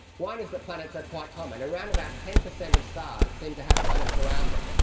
one is that planets are quite common. around about ten percent of stars seem to have planets around them.